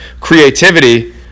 creativity